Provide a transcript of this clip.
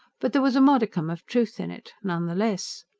but there was a modicum of truth in it, none the less.